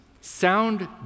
sound